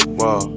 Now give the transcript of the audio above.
whoa